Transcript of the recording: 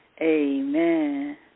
Amen